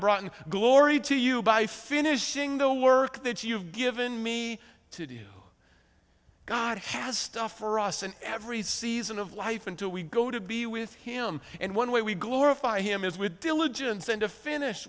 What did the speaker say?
brought in glory to you by finishing the work that you've given me to do god has stuff for us in every season of life until we go to be with him and one way we glorify him is with diligence and to finish